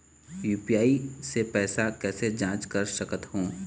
UPI से पैसा कैसे जाँच कर सकत हो?